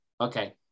okay